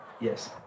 Yes